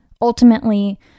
ultimately